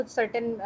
certain